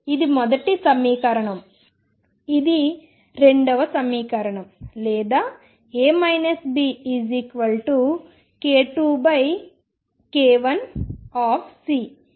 ఇది మొదటి సమీకరణం ఇది రెండవ సమీకరణం లేదా A Bk2k1C